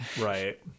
right